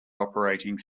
operating